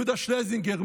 יהודה שלזינגר,